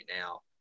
now